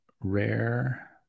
Rare